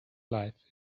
life